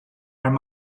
olhar